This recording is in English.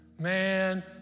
man